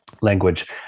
language